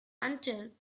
until